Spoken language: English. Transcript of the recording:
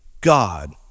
God